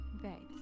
Right